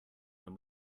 when